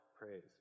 praise